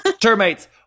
Termites